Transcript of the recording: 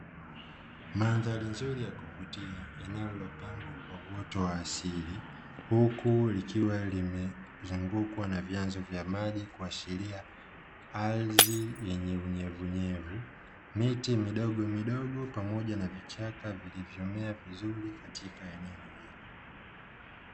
Mandhari nzuri ya kuvutia. Eneo lililopangwa kwa uoto wa asili huku likiwa limezungukwa na vyanzo vya maji kuashiria ardhi yenye unyevuunyevu. Miti midogomidogo pamoja na vichaka vilivyomea vizuri katika eneo ilo.